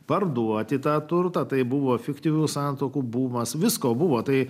parduoti tą turtą tai buvo fiktyvių santuokų bumas visko buvo tai